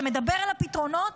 שמדבר על הפתרונות?